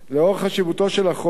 לאור חשיבותו של החוק,